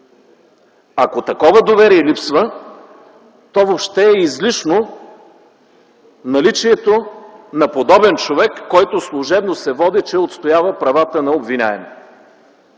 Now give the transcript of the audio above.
Ако такова доверие липсва, то въобще е излишно наличието на подобен човек, който служебно се води, че отстоява правата на обвиняемия.